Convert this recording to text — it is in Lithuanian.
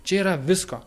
čia yra visko